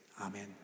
Amen